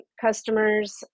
customers